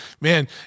Man